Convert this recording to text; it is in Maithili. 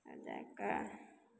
तब जाए कऽ